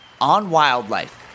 onwildlife